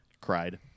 cried